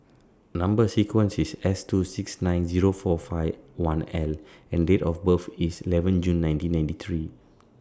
Number sequence IS S two six nine Zero four five one L and Date of birth IS eleven June nineteen ninety three